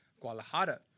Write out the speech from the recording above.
Guadalajara